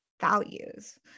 values